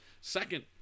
Second